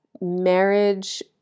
marriage